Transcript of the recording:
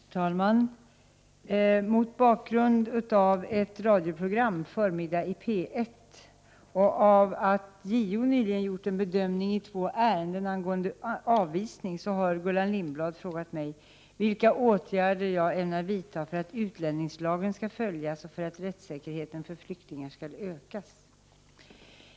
Herr talman! Mot bakgrund av ett radioprogram ”Förmiddag i P1” och av att JO nyligen gjort en bedömning i två ärenden angående avvisning har Gullan Lindblad frågat mig vilka åtgärder jag ämnar vidta för att utlänningslagen skall följas och för att rättssäkerheten för flyktingar skall ökas.